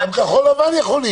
גם כחול לבן יכולים.